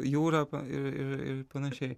jūra ir ir ir panašiai